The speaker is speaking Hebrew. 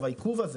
העיכוב הזה